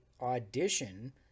audition